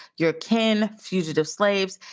your kin. fugitive slaves,